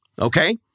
okay